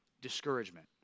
discouragement